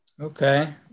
Okay